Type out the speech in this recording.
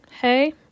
hey